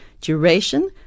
duration